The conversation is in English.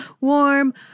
warm